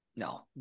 No